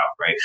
Right